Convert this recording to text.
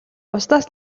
бусдаас